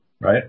right